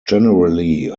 generally